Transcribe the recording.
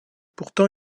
pourtant